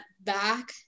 back